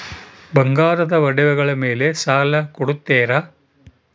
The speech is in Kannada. ಬಂಗಾರದ ಒಡವೆಗಳ ಮೇಲೆ ಸಾಲ ಕೊಡುತ್ತೇರಾ?